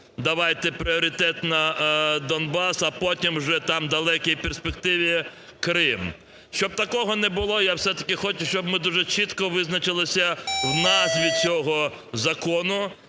давайте пріоритет на Донбас, а потім там вже в далекій перспективі, Крим. Щоб такого не було, я все-таки хочу, щоб ми дуже чітко визначилися в назві цього закону.